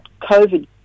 COVID